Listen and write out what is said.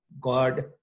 God